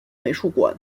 美术馆